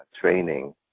training